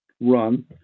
run